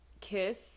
kiss